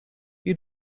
you